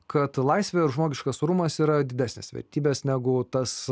kad laisvė žmogiškas orumas yra didesnės vertybės negu tas